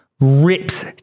rips